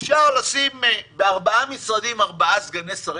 אפשר לשים בארבעה משרדים ארבעה סגני שרים,